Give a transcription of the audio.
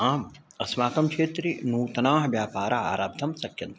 आम् अस्माकं क्षेत्रे नूतनाः व्यापाराः आरब्धं शक्यन्ते